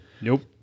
Nope